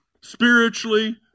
spiritually